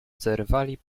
zerwali